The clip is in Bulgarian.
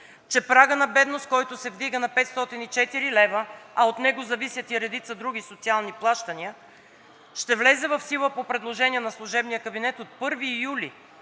че прагът на бедност, който се вдига на 504 лв., а от него зависят и редица други социални плащания, ще влезе в сила по предложение на служебния кабинет от 1 юли